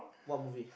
what movie